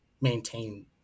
maintain